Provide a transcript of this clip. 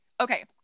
okay